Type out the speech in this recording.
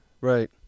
Right